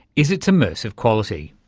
is its immersive quality.